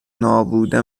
نابوده